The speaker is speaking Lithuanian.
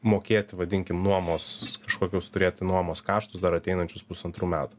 mokėti vadinkim nuomos kažkokius turėti nuomos kaštus dar ateinančius pusantrų metų